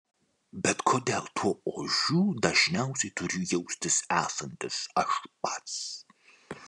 bet kodėl tuo ožiu dažniausiai turiu jaustis esantis aš pats